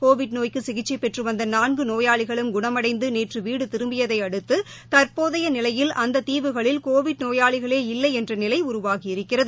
Covid நோய்க்கு சிகிச்சை பெற்று வந்த நான்கு நோயாளிகளும் குணமடைந்து நேற்று வீடு திரும்பியதை அடுத்து தற்போதைய நிலையில் அந்த தீவுகளில் கோவிட் நோயாளிகளே இல்லை என்ற நிலை உருவாகியிருக்கிறது